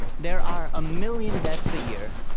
there are a million deaths a year,